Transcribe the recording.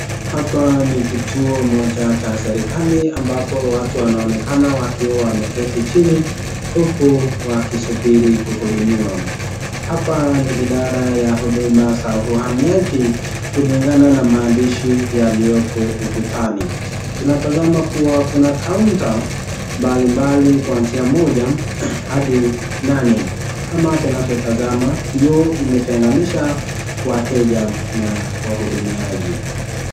Hapa ni kituo moja cha serikali ambapo watu wanaonekana wakiwa wameketi chini huku wakisubiri kuhudumiwa ,hapa ni idara ya huduma za uhamiaji kulingana na maandishi yalioko ukutani , tunatazama kuwa kuna (cs)counter(cs) mbali mbali kwanzia moja hadi nane kama tunavyotazama kioo imetenganisha wateja na wahudumiaji.